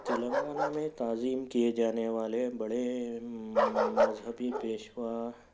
تلنگانہ میں تعظیم کیے جانے والے بڑے مذہبی پیشہ